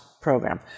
program